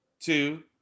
two